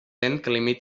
limita